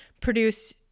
produce